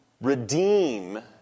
redeem